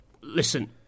listen